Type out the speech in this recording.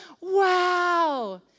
wow